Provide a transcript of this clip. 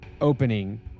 opening